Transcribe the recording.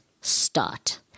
start